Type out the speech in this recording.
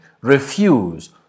Refuse